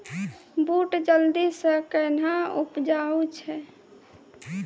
बूट जल्दी से कहना उपजाऊ छ?